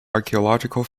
archaeological